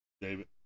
David